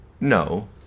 No